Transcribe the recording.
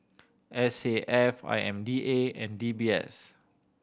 S A F I M D A and D B S